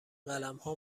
قلمها